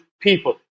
people